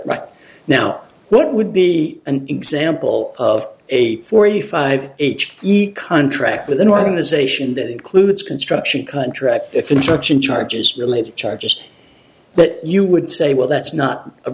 right now what would be an example of a forty five h contract with an organization that includes construction contracts interruption charges related charges but you would say well that's not a